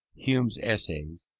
hume's essays,